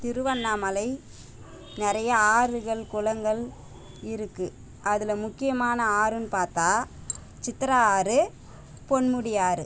திருவண்ணாமலை நிறையா ஆறுகள் குளங்கள் இருக்குது அதில் முக்கியமான ஆறுன்னு பார்த்தா சித்திரா ஆறு பொன்முடி ஆறு